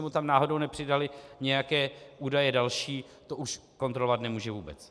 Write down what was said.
Jestli mu tam náhodou nepřidaly nějaké údaje další, to už kontrolovat nemůže vůbec.